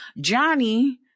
Johnny